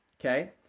okay